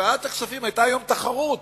בוועדת הכספים היתה היום תחרות